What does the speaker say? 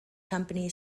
company